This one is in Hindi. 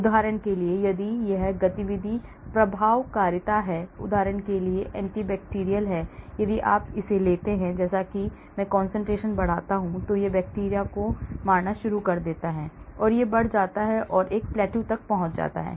उदाहरण के लिए यदि यह गतिविधि प्रभावकारिता है उदाहरण के लिए एंटी बैक्टीरियल यदि आप लेते हैं जैसा कि मैं concentration बढ़ाता हूं तो यह बैक्टीरिया को मारना शुरू कर देता है और यह बढ़ जाता है और plateau तक पहुंच जाता है